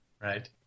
Right